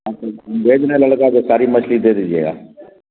بھیج رہے ہیں لڑکا کو ساری مچھلی دے دیجیے گا